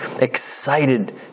excited